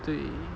对